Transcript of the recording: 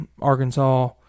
Arkansas